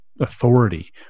Authority